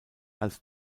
als